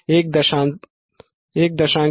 59 kilo hertz 1